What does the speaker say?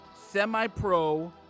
Semi-Pro